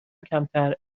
کمتر